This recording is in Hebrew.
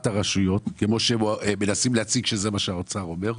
הרשויות כמו שמנסים להציג שזה מה שהאוצר אומר,